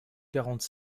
quarante